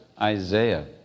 Isaiah